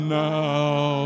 now